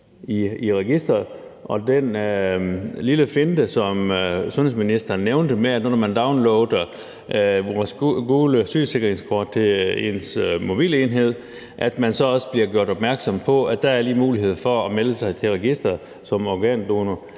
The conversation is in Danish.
og at der nu er den lille finte, som sundhedsministeren nævnte, med, at man, når man downloader det gule sygesikringskort til sin mobilenhed, så også bliver gjort opmærksom på, at der er mulighed for at melde sig til registreret som organdonor.